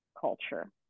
culture